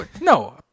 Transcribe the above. No